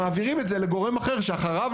ומעבירים אותה לגורם אחר,